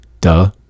Duh